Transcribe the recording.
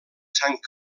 sant